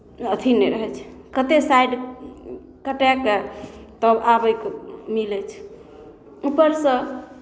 अथि नहि रहै छै कतेक साइड कटाए कऽ तब आबयके मिलै छै ऊपरसँ